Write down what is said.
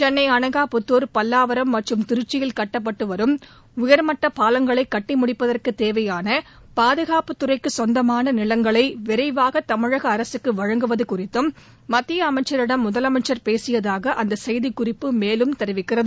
சென்னை அனகாபுத்தூர் பல்லாவரம் மற்றும் திருச்சியில் கட்டப்பட்டு வரும் உயர்மட்டப் பாலங்களை கட்டி முடிப்பதற்கு தேவையான பாதுகாப்பு துறைக்குச் சொந்தமான நிலங்களை விரைவாக தமிழக அரசுக்கு வழங்குவது குறித்தும் மத்திய அமைச்சரிடம் முதலமைச்சர் பேசியதாக அந்த செய்திக்குறிப்பு மேலும் தெரிவிக்கிறது